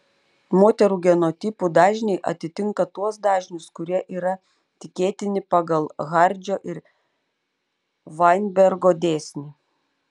moterų genotipų dažniai atitinka tuos dažnius kurie yra tikėtini pagal hardžio ir vainbergo dėsnį